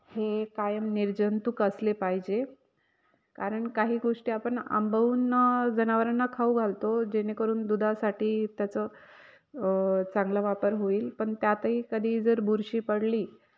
हे कायम निर्जंतूक असले पाहिजे कारण काही गोष्टी आपण आंबवून जनावरांना खाऊ घालतो जेणेकरून दुधासाठी त्याचं चांगला वापर होईल पण त्यातही कधी जर बुरशी पडली